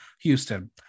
Houston